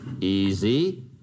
easy